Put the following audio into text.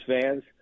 fans